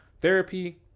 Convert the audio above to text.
therapy